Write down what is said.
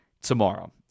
tomorrow